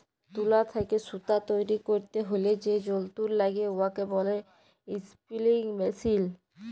তুলা থ্যাইকে সুতা তৈরি ক্যইরতে হ্যলে যে যল্তর ল্যাগে উয়াকে ব্যলে ইস্পিলিং মেশীল